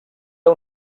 era